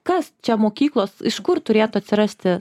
kas čia mokyklos iš kur turėtų atsirasti